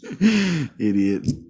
Idiot